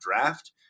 draft